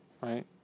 right